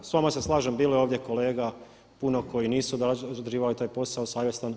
S vama se slažem, bilo je ovdje kolega puno koji nisu odrađivali taj posao savjesno.